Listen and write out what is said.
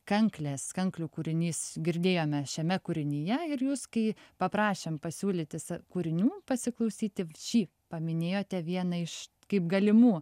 kanklės kanklių kūrinys girdėjome šiame kūrinyje ir jūs kai paprašėm pasiūlyti sa kūrinių pasiklausyti šį paminėjote vieną iš kaip galimų